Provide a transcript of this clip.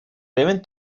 deben